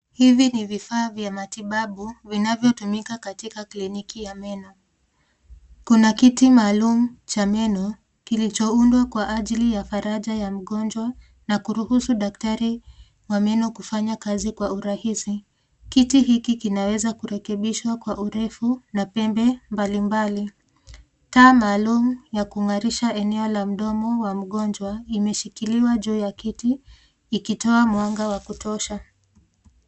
Hivi ni vifaa vya matibabu vinavyotumika katika kliniki ya meno. Kuna kiti maalum cha meno kilichoundwa kwa ajili ya faraja ya mgonjwa na kuruhusu daktari wa meno kufanya kazi kwa urahisi. Kiti hiki kinaweza kurekebishwa kwa urefu na pembe mbalimbali. Taa maalum ya kung'arisha eneo la mdomo wa mgonjwa imeshikiliwa juu ya kiti ikitoa mwanga wa kutosha.